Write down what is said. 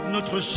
Notre